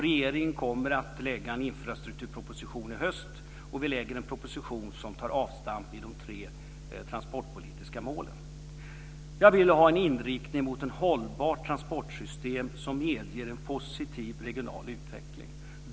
Regeringen kommer att lägga en infrastrukturproposition i höst. Vi lägger en proposition som tar avstamp i de tre transportpolitiska målen. Jag vill ha en inriktning mot ett hållbart transportsystem som medger en positiv regional utveckling.